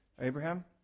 Abraham